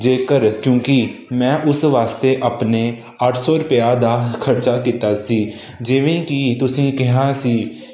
ਜੇਕਰ ਕਿਉਂਕਿ ਮੈਂ ਉਸ ਵਾਸਤੇ ਆਪਣੇ ਅੱਠ ਸੌ ਰੁਪਈਆ ਦਾ ਖਰਚਾ ਕੀਤਾ ਸੀ ਜਿਵੇਂ ਕਿ ਤੁਸੀਂ ਕਿਹਾ ਸੀ